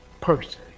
person